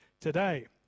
today